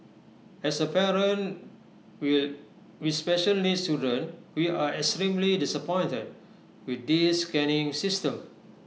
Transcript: as A parent with special needs children we are extremely disappointed with this scanning system